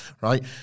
right